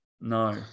no